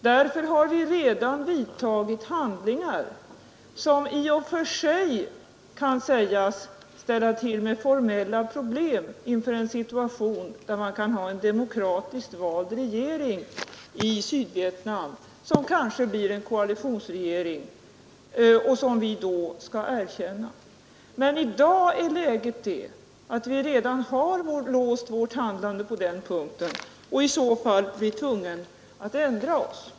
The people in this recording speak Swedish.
Därför har vi redan vidtagit åtgärder som i och för sig kan sägas ställa till med formella problem inför en situation där man i Sydvietnam kan ha en demokratiskt vald regering, som kanske blir en koalitionsregering och som vi då skall erkänna. Men i dag är läget det att vi redan har låst vårt handlande på den punkten och i så fall blir tvungna att ändra oss.